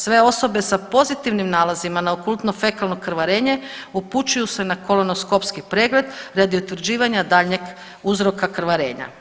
Sve osobe sa pozitivnim nalazima na okultno fekalno krvarenje upućuju se na kolonoskopski pregled radi utvrđivanja daljnjeg uzroka krvarenja.